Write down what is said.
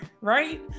right